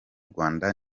rwanda